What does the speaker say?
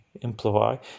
imply